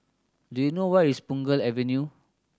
do you know where is Punggol Avenue